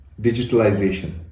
digitalization